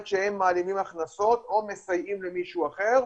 שהם מעלימים הכנסות או מסייעים למישהו אחר.